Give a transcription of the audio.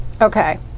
Okay